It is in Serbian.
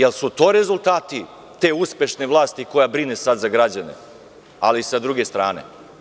Da li su to rezultati te uspešne vlasti koja brine sada za građane, ali sa druge strane?